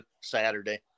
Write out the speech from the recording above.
Saturday